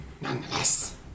nonetheless